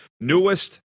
newest